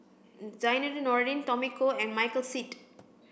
Zainudin Nordin Tommy Koh and Michael Seet